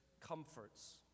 comforts